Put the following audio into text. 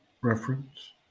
Reference